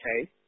okay